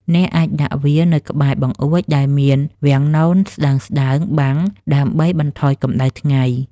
អ្នកអាចដាក់វានៅក្បែរបង្អួចដែលមានវាំងននស្តើងៗបាំង ដើម្បីបន្ថយកម្ដៅថ្ងៃ។